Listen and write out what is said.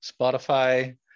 Spotify